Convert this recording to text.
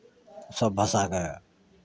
सभ भाषाकेँ